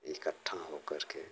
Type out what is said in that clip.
इकट्ठा हो करके